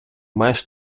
маєш